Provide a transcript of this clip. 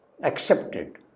accepted